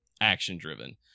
action-driven